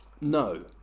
no